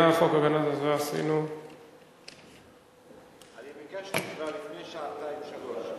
אני ביקשתי כבר לפני שעתיים-שלוש.